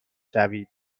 شوید